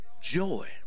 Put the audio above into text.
joy